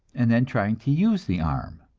and then trying to use the arm.